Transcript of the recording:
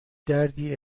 دردی